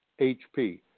HP